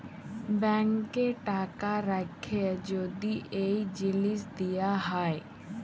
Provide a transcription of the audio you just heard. ব্যাংকে টাকা রাখ্যে যদি এই জিলিস দিয়া হ্যয়